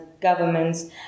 governments